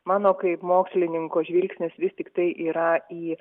mano kaip mokslininko žvilgsnis vis tiktai yra į